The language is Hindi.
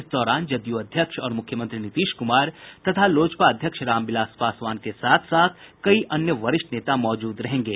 इस दौरान जदयू अध्यक्ष और मुख्यमंत्री नीतीश कुमार तथा लोजपा अध्यक्ष रामविलास पासवान के साथ साथ कई अन्य वरिष्ठ नेता मौजूद रहेंगे